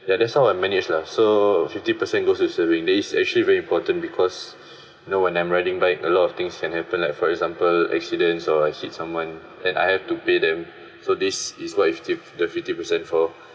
yeah that's how I manage lah so fifty percent goes to saving that is actually very important because you know when I'm riding bike a lot of things can happen like for example accidents or I hit someone then I have to pay them so this is what fif~ the fifty percent for